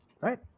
Right